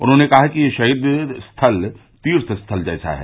उन्होंने कहा कि यह शहीद स्थल तीर्थ स्थल जैसा है